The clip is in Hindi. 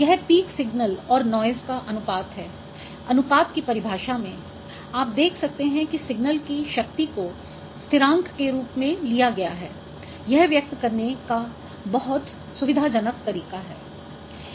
यह पीक सिग्नल और नॉइज़ का अनुपात है अनुपात की परिभाषा में आप देख सकते हैं कि सिग्नल की शक्ति को स्थिरांक के रूप में लिया गया है यह व्यक्त करने का बहुत सुविधाजनक तरीका है